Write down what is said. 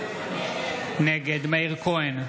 נגד מאיר כהן,